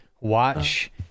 watch